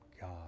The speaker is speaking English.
God